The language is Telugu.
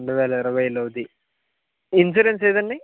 రెండువేల ఇరవైలోది ఇన్స్యూరెన్స్ ఏదండీ